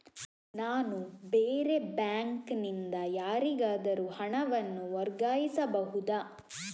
ನಾನು ಬೇರೆ ಬ್ಯಾಂಕ್ ನಿಂದ ಯಾರಿಗಾದರೂ ಹಣವನ್ನು ವರ್ಗಾಯಿಸಬಹುದ?